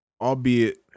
albeit